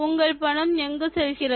உங்கள் பணம் எங்கு செல்கிறது